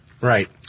Right